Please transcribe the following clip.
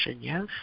yes